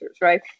right